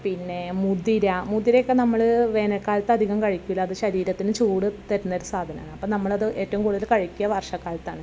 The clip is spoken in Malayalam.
പിന്നെ മുതിര മുതിരയൊക്കെ നമ്മൾ വേനൽക്കാലത്ത് അധികം കഴിക്കില്ല അത് ശരീരത്തിന് ചൂട് തരുന്നൊരു സാധനമാണ് അപ്പം നമ്മളത് ഏറ്റവും കൂടുതൽ കഴിക്കുക വർഷക്കാലത്ത് ആണ്